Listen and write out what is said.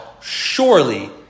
surely